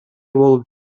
болуп